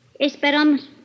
Esperamos